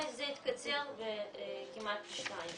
זה התקצר בכמעט פי שנתיים.